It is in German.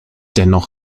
dennoch